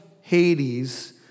Hades